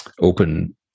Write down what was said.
open